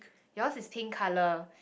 yours in pink colour